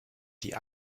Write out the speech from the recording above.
die